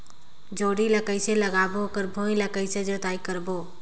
जोणी ला कइसे लगाबो ओकर भुईं ला कइसे जोताई करबो?